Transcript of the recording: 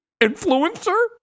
influencer